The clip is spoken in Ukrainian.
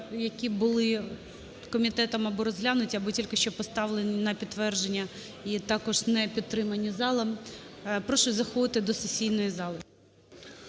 які були комітетом або розглянуті, або тільки що поставлені на підтвердження і також не підтримані залом. Прошу заходити до сесійної зали.